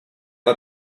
let